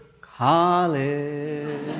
college